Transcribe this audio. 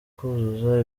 kuzuza